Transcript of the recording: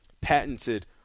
patented